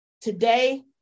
Today